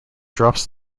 drops